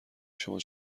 شما